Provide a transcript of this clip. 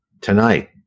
tonight